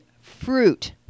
fruit